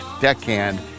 deckhand